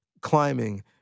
climbing